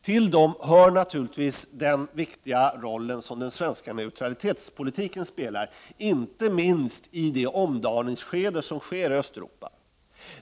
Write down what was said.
Till detta hör naturligtvis den viktiga roll som den svenska neutralitetspolitiken spelar, inte minst i det omdaningsskede som vi nu ser i Östeuropa.